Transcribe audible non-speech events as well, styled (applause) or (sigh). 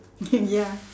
(noise) ya